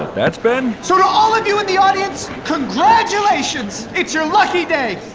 that's ben? so to all of you in the audience, congratulations it's your lucky day.